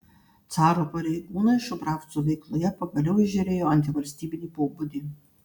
caro pareigūnai šubravcų veikloje pagaliau įžiūrėjo antivalstybinį pobūdį